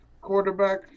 quarterback